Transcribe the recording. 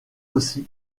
aussi